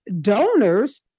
donors